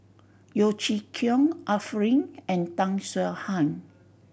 Yeo Chee Kiong Arifin and Tan Swie Hian